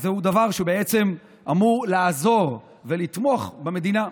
וזהו דבר שאמור לעזור ולתמוך במדינה.